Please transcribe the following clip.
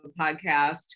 podcast